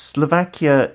Slovakia